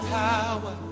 power